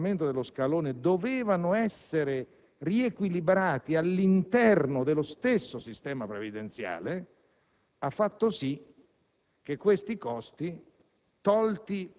per diluire nel tempo il superamento dello scalone dovevano essere riequilibrati all'interno dello stesso sistema previdenziale, ha fatto sì